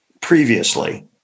previously